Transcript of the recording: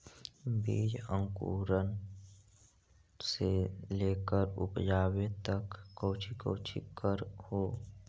बीज अंकुरण से लेकर उपजाबे तक कौची कौची कर हो?